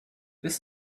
this